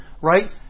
right